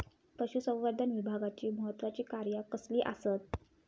पशुसंवर्धन विभागाची महत्त्वाची कार्या कसली आसत?